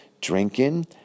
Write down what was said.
drinking